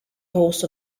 host